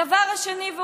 הדבר השני,